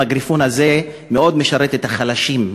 המיקרופון הזה מאוד משרת את החלשים,